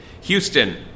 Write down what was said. Houston